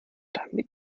damit